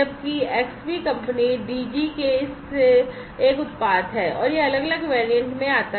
जबकि Xbee company Digi के इस से एक उत्पाद है और यह अलग अलग वेरिएंट में आता है